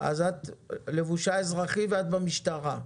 את לבושה אזרחי ואת במשטרה.